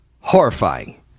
horrifying